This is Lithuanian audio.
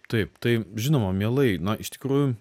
taip tai žinoma mielai na iš tikrųjų